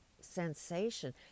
sensation